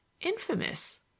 infamous